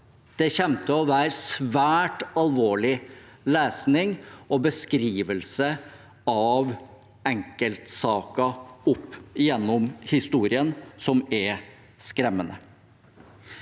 Det kommer til å være svært alvorlig lesning og beskrivelser av enkeltsaker opp gjennom historien som er skremmende.